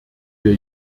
wir